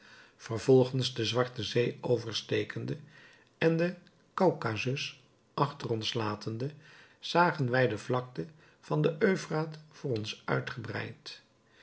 vervolgens de zwarte zee overstekende en den kaukasus achter ons latende zagen wij de vlakte van den euphraat voor ons uitgebreid